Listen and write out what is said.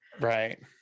Right